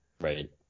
Right